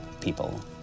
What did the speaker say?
people